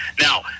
now